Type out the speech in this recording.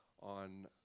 on